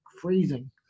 freezing